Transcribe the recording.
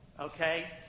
okay